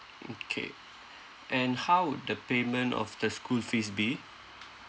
mm K and how would the payment of the school fees be